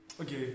Okay